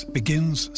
begins